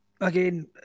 again